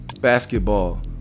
basketball